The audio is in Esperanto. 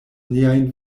niajn